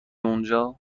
اونجا